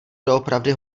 doopravdy